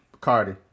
Cardi